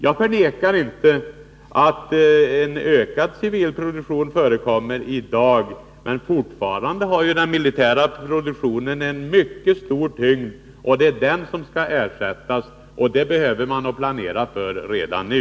Jag förnekar inte att det i dag förekommer en ökad civil produktion, men fortfarande har den militära produktionen en mycket stor tyngd, och det är denna produktion som skall ersättas. Det behöver man planera för redan nu.